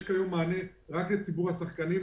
יש כיום מענה רק לציבור השחקנים,